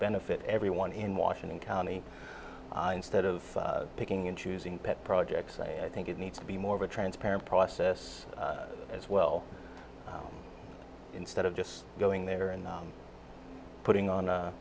benefit everyone in washington county instead of picking and choosing pet projects i think it needs to be more of a transparent process as well instead of just going there and putting on